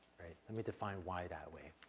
let me define y that way.